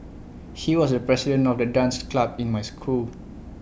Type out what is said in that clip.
he was the president of the dance club in my school